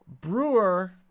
brewer